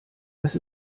dass